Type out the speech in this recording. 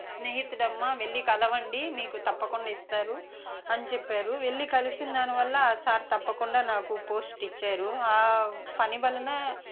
స్నేహితుడు వెళ్ళి కలవండి మీకు తప్పకుండా ఇస్తారు అని చెప్పారు వెళ్ళి కలిసిన దాని వల్ల సార్ తప్పకుండా నాకు పోస్ట్ ఇచ్చారు ఆ పని వల్లనే